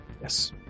Yes